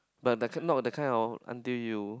but that kind not the kind of until you